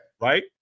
Right